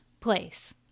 place